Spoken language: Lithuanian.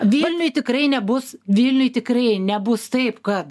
vilniuj tikrai nebus vilniuj tikrai nebus taip kad